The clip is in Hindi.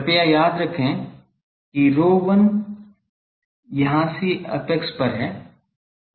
कृपया याद रखें कि ρ1 यहाँ से एपेक्स पर है